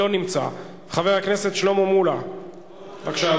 המשך השידורים הללו בהפקה מקומית,